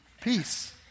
Peace